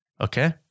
okay